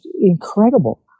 incredible